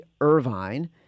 Irvine